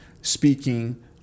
speaking